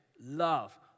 love